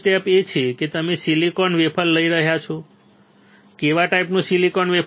પહેલું સ્ટેપ એ છે કે તમે સિલિકોન વેફર લઈ રહ્યા છો કેવા ટાઈપનું સિલિકોન